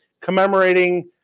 commemorating